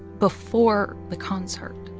before the concert.